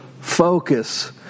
focus